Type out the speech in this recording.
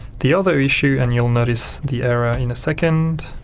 the other issue and you'll notice the error in a second.